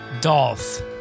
Dolph